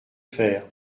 faire